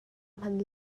hman